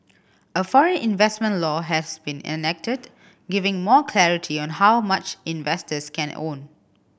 a foreign investment law has been enacted giving more clarity on how much investors can own